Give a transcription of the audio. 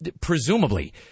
presumably